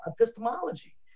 epistemology